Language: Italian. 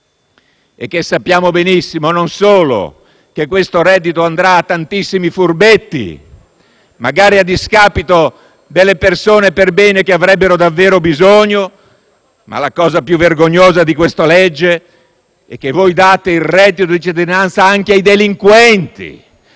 è che sappiamo benissimo non solo che il reddito andrà a tantissimi furbetti, magari a discapito delle persone perbene, che ne avrebbero davvero bisogno, ma che vi è una cosa ancor più vergognosa: voi date il reddito di cittadinanza anche ai delinquenti,